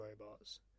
robots